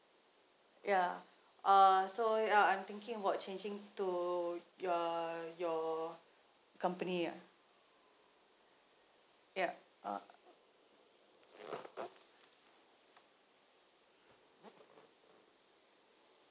ya uh so yeah I'm thinking about changing to your your company ah ya uh